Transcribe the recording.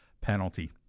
penalty